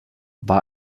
war